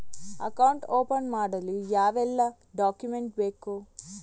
Account open ಮಾಡಲು ಯಾವೆಲ್ಲ document ಬೇಕು?